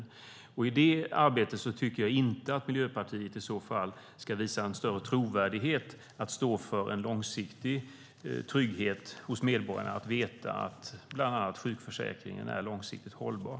I det arbetet tycker jag inte att Miljöpartiet i så fall ska visa en större trovärdighet att stå för en långsiktig trygghet hos medborgarna att veta att bland annat sjukförsäkringen är långsiktigt hållbar.